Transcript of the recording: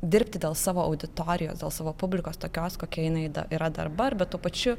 dirbti dėl savo auditorijos dėl savo publikos tokios kokia jinai yra dabar bet tuo pačiu